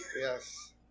Yes